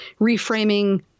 reframing